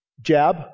jab